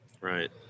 right